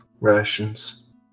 rations